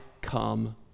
come